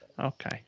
Okay